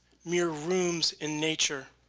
mere rooms in nature.